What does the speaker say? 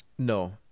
No